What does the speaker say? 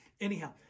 Anyhow